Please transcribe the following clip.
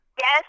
Yes